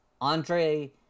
Andre